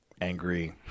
angry